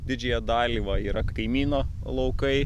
didžiąją dalį va yra kaimyno laukai